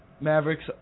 Mavericks